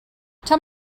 tell